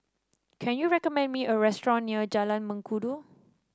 can you recommend me a restaurant near Jalan Mengkudu